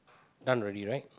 done already right